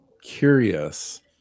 curious